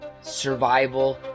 survival